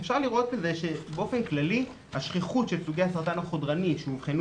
אפשר לראות שבאופן כללי השכיחות של סוגי הסרטן החודרני שאובחנו